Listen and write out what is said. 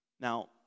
Now